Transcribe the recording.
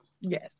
Yes